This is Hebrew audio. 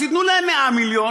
אז ייתנו להם 100 מיליון,